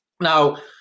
Now